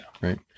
right